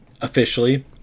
Officially